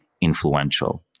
influential